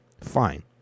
Fine